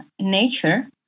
nature